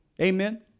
Amen